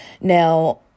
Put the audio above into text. Now